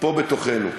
פה בתוכנו.